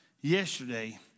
yesterday